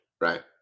right